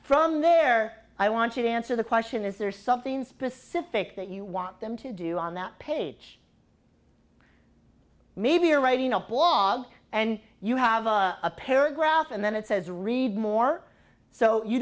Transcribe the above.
from there i want you to answer the question is there something specific that you want them to do on that page maybe you're writing a blog and you have a paragraph and then it says read more so you